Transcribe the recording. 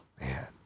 man